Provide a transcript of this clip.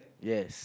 yes